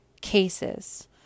cases